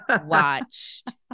watched